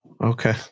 Okay